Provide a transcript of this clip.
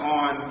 on